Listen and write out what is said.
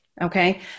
Okay